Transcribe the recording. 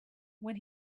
when